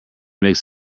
makes